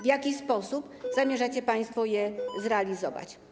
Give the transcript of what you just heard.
W jaki sposób zamierzacie państwo je zrealizować?